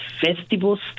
festivals